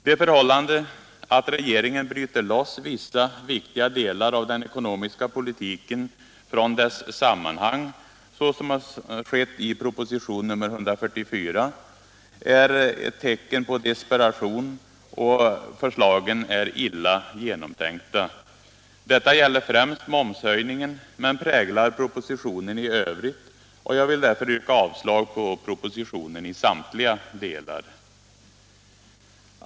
Det förhållandet att regeringen bryter loss vissa viktiga delar av den ekonomiska politiken från deras sammanhang, så som har skett i proposition nr 144, är tecken på desperation, och förslagen är illa genomtänkta. Detta gäller främst momshöjningen men präglar även propositionen i övrigt, och jag vill därför yrka avslag på propositionen i samtliga delar.